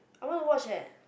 I want to watch eh